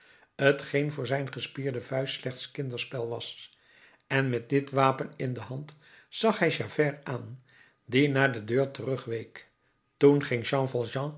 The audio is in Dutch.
t geen voor zijn gespierde vuist slechts kinderspel was en met dit wapen in de hand zag hij javert aan die naar de deur terugweek toen ging jean